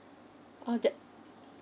oh that